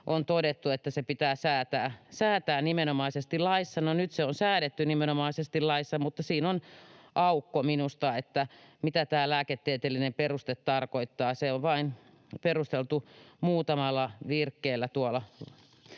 on todettu, että se pitää säätää nimenomaisesti laissa. No nyt se on säädetty nimenomaisesti laissa, mutta siinä on minusta aukko, mitä tämä lääketieteellinen peruste tarkoittaa. Se on perusteltu vain muutamalla virkkeellä tuolla